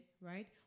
right